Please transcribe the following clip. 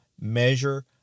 measure